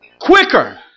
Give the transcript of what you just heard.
quicker